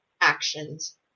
actions